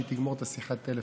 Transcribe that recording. כשהיא תגמור את שיחת הטלפון.